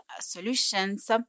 solutions